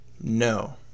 no